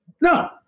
No